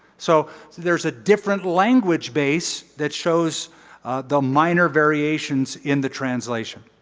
so there is a different language base that shows the minor variations in the translation.